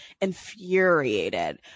infuriated